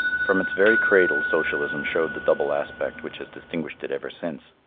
from its very cradle socialism showed the double aspect which has distinguished it ever since.